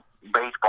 baseball